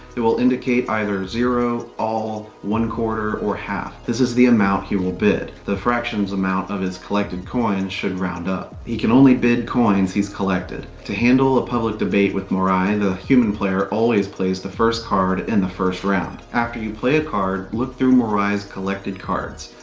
it will indicate either zero, all, one quarter, or half. this is the amount he will bid. the fraction amount of his collected coins should round up. he can only bid coins he's collected. to handle a public debate with moirai, the human player always plays the first card in the first round. after you play a card, look through moirai's collected cards.